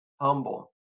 humble